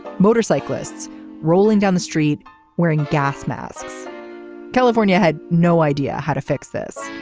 motorcyclists rolling down the street wearing gas masks california had no idea how to fix this.